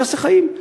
שיעשה חיים,